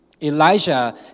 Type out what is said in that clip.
Elijah